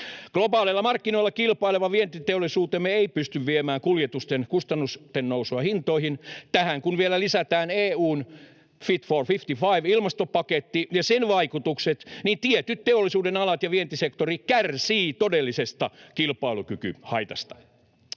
Globaaleilla markkinoilla kilpaileva vientiteollisuutemme ei pysty viemään kuljetusten kustannusten nousua hintoihin. Tähän kun vielä lisätään EU:n Fit for 55 ‑ilmastopaketti ja sen vaikutukset, niin tietyt teollisuudenalat ja vientisektori kärsivät todellisesta kilpailukykyhaitasta.